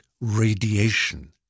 radiation